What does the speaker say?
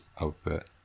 outfit